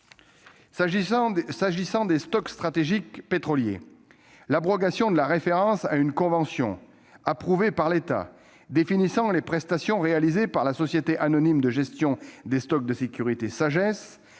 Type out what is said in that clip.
S'agissant des stocks stratégiques pétroliers, l'abrogation de la référence à une convention, approuvée par l'État, définissant les prestations réalisées par la Société anonyme de gestion des stocks de sécurité (Sagess)